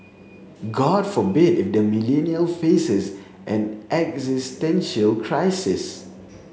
god forbid if the Millennial faces an existential crisis